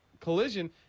collision